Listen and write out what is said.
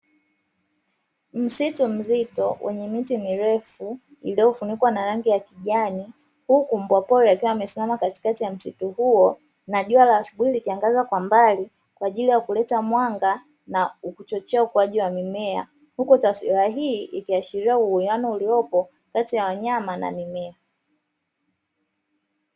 Msitu mzito wenye miti mirefu iliyofunikwa na rangi ya kijani huku mbwa pori akiwa amesimama katikati ya msitu huo na jua la asubuhi likiangaza kwa mbali kwa ajili ya kuleta mwanga na kuchochea ukuaji wa mimea, huku taswira hii ikiashiria uwiano uliopo kati ya wanyama na mimea.